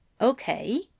Okay